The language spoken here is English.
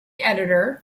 editor